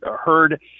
heard